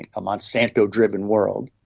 a monsanto-driven world.